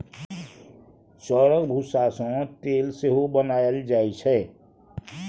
चाउरक भुस्सा सँ तेल सेहो बनाएल जाइ छै